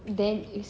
then is